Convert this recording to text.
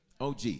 OG